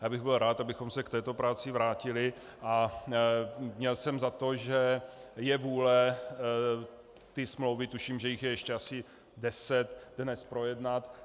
Já bych byl rád, abychom se k této práci vrátili, a měl jsem za to, že je vůle smlouvy, tuším, že jich je asi ještě deset, dnes projednat.